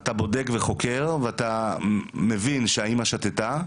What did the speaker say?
אתה בודק וחוקר ואתה מבין שהאמא שתתה,